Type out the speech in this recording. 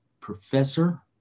professor